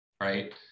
right